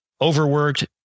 overworked